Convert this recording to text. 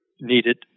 needed